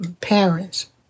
parents